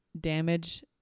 damage